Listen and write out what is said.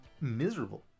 miserable